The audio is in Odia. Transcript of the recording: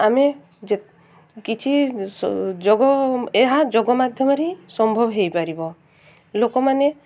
ଆମେ ଯେ କିଛି ଯୋଗ ଏହା ଯୋଗ ମାଧ୍ୟମରେ ହିଁ ସମ୍ଭବ ହୋଇପାରିବ ଲୋକମାନେ